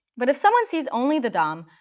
but if someone sees only the dom,